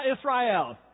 Israel